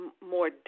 more